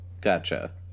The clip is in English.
Gotcha